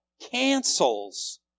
cancels